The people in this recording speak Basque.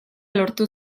lortu